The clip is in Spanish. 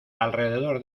alrededor